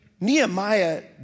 Nehemiah